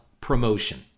promotion